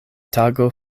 tago